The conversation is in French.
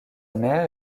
mère